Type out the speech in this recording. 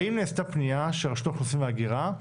האם נעשתה פנייה של רשות האוכלוסין וההגירה,